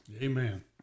Amen